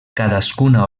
cadascuna